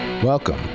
Welcome